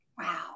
Wow